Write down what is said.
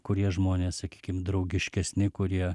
kurie žmonės sakykim draugiškesni kurie